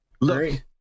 Look